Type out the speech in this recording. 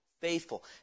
Faithful